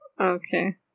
Okay